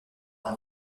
dans